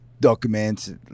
documents